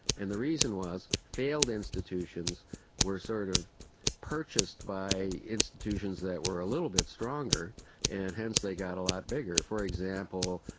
and the reason was failed institutions were sort of purchased by institutions that were a little bit stronger and hence they got a lot bigger. for example,